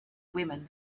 women